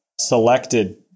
selected